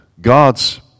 God's